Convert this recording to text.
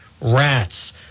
rats